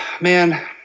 man